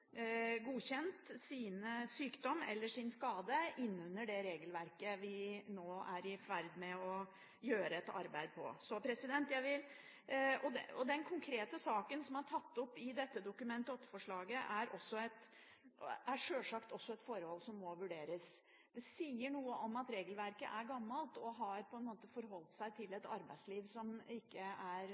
godkjent sin sykdom eller sin skade innenfor det regelverket vi nå er i ferd med å gjøre et arbeid på. Den konkrete saken som er tatt opp i dette Dokument 8-forslaget, er sjølsagt også et forhold som må vurderes. Det sier noe om at regelverket er gammelt og har forholdt seg til et arbeidsliv som ikke er